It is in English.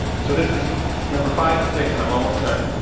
so this is number five or six and i'm almost done.